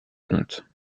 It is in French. compte